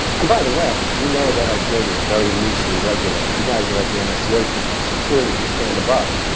and by the way, you know that our field is very loosely regulated. you guys are at the and nsca conference, so clearly you stand above.